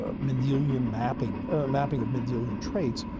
ah mendelian mapping mapping of mendelian traits,